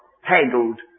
handled